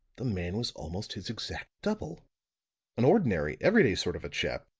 the man was almost his exact double an ordinary, everyday sort of a chap,